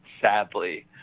sadly